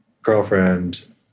Girlfriend